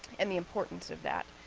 and the importance of that.